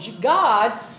God